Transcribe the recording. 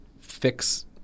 fix